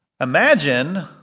Imagine